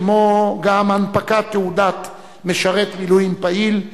כמו גם הנפקת "תעודת משרת מילואים פעיל",